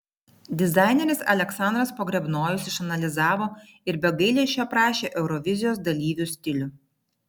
dizaineris aleksandras pogrebnojus išanalizavo ir be gailesčio aprašė eurovizijos dalyvių stilių